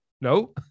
no